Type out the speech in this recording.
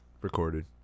Recorded